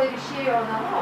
ir išėjo namo